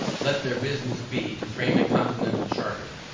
let their business be to frame a continental charter,